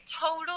total